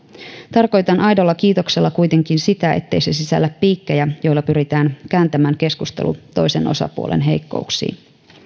tarkoitan aidolla kiitoksella kuitenkin sitä ettei se sisällä piikkejä joilla pyritään kääntämään keskustelu toisen osapuolen heikkouksiin